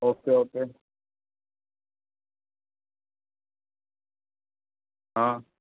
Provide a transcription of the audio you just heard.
okay okay હં